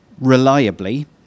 reliably